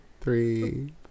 three